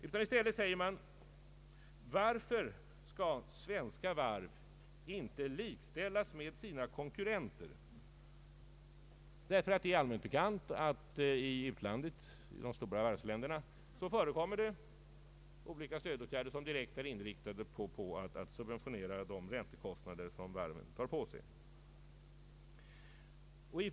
Man säger i stället: Varför skall svenska varv inte likställas med sina konkurrenter? Det är allmänt bekant att det i de stora varvsländerna förekommer olika stödåtgärder som direkt är inriktade på att subventionera de räntekostnader varven drar på sig.